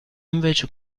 invece